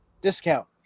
Discount